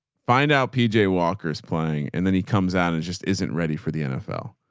find out pj walker's playing and then he comes out and just isn't ready for the nfl.